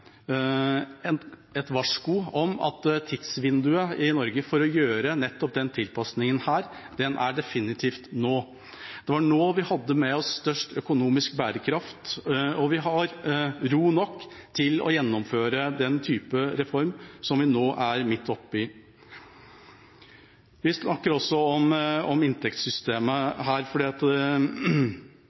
er et varsko om at tidsvinduet i Norge for å gjøre nettopp denne tilpasningen, definitivt er nå. Det var nå vi hadde med oss størst økonomisk bærekraft, og vi har ro nok til å gjennomføre den type reform som vi nå er midt oppe i. Vi snakker også om inntektssystemet her. For det er jo et forslag her om at